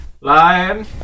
Line